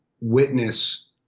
witness